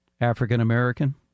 African-American